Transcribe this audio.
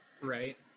Right